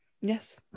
Yes